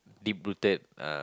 deep-rooted uh